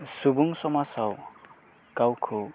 सुबुं समाजाव गावखौ